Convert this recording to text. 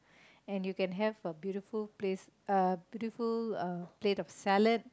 and you can have a beautiful place uh beautiful uh plate of salad